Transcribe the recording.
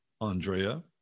Andrea